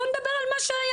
בואו נדבר על מה שהיה,